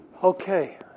Okay